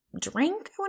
drink